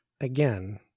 again